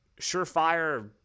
surefire